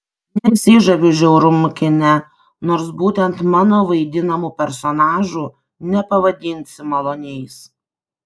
nesižaviu žiaurumu kine nors būtent mano vaidinamų personažų nepavadinsi maloniais